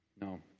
No